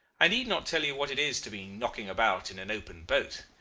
i need not tell you what it is to be knocking about in an open boat.